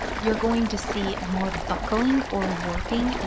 you're going to see more buckling or warping, ah